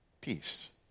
peace